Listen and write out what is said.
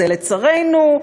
זה לצרינו,